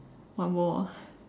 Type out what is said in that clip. one more ah